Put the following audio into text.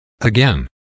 Again